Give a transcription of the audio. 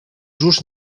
just